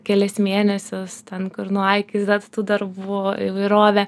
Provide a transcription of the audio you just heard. kelis mėnesius ten kur nuo a iki zet tų darbų įvairovė